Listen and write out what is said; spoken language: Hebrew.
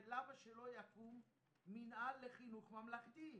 ולמה שלא יקום מינהל לחינוך ממלכתי,